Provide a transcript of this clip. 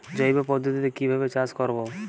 জৈব পদ্ধতিতে কিভাবে চাষ করব?